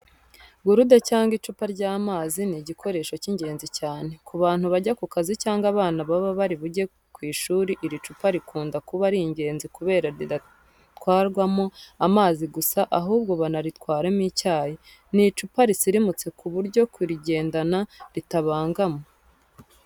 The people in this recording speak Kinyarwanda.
Gurude cyangwa icupa ry'amazi ni igikoresho cy'ingenzi cyane. Ku bantu bajya ku kazi cyangwa abana baba bari bujye ku ishuri iri cupa rikunda kuba ari ingezi kubera ridatwarwamo amazi gusa, ahubwo banaritwaramo icyayi. Ni icupa risirimutse ku buryo kurigendana ritabangama.